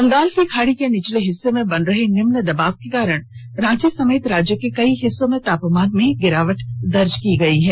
बंगाल की खाड़ी के निचले हिस्से में बन रहे निम्न दबाव के कारण रांची समेत राज्य के कई हिस्सों में तापमान में गिरावट दर्ज की गई है